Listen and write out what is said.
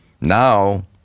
Now